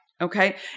Okay